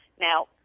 Now